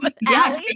Yes